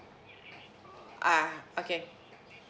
ah okay